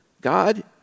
God